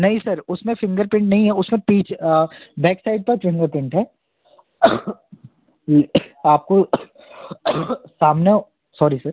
नहीं सर उसमें फ़िंगरप्रिंट नहीं है उसमें पीच बैक साइड पर फ़िंगरप्रिंट है आपको सामने सॉरी सर